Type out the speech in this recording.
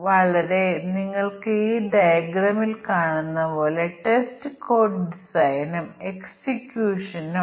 അതിനാൽ e commerce സൈറ്റിൽ ഒരു പ്രോഗ്രാം റിട്ടേൺ ഉണ്ട് അത് ഒരു ഉപഭോക്താവിന് ബാധകമായ ഡിസ്കൌണ്ട് പ്രദർശിപ്പിക്കുന്നു